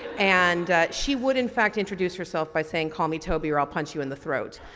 and she would in fact introduce herself by saying call me toby or i'll punch you in the throat.